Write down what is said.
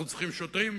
אנחנו צריכים שוטרים,